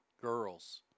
girls